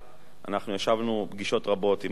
אנחנו ישבנו בפגישות רבות עם אנשי האוצר